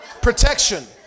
protection